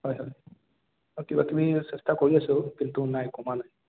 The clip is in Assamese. হয় হয় আৰু কিবা কিবি চেষ্টা কৰি আছোঁ কিন্তু নাই কমা নাই